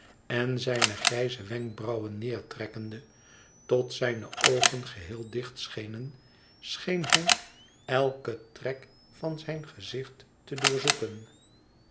en zijne grijze wenkbrauwen neertrekkende tot zijne oogen geheel dicht schenen scheen hij eiken trek van zijn gezicht te